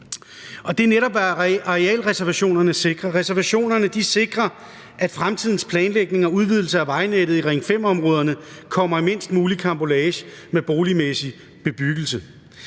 Det er netop, hvad arealreservationerne sikrer. Reservationerne sikrer, at fremtidens planlægning og udvidelse af vejnettet i Ring 5-områderne kommer i mindst mulig karambolage med boligmæssig bebyggelse.